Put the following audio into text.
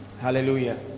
Hallelujah